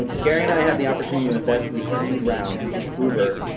ah gary and i had the opportunity to invest in the seed round in uber.